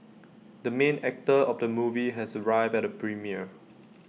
the main actor of the movie has arrived at the premiere